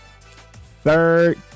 Third